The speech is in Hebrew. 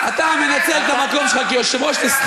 אדוני היושב-ראש.